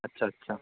अच्छा अच्छा